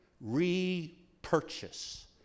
Repurchase